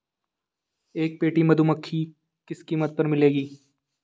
एक पेटी मधुमक्खी किस कीमत पर मिलेगी?